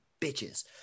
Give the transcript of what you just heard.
bitches